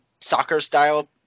soccer-style